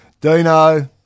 Dino